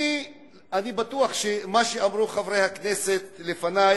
אני בטוח שמה שאמרו חברי הכנסת לפני,